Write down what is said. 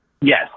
Yes